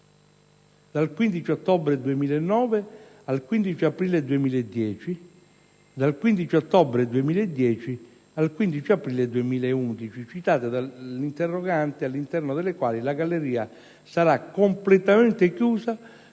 dal 15 ottobre 2009 al 15 aprile 2010; dal 15 ottobre 2010 al 15 aprile 2011) citate dell'interrogante all'interno delle quali la galleria sarà completamente chiusa